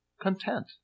content